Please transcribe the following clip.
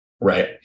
Right